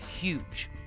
huge